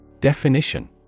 Definition